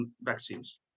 vaccines